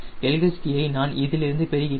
LHT ஐ நான் இதிலிருந்து பெறுகிறேன்